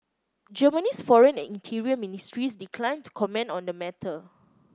Germany's foreign and interior ministries declined to comment on the matter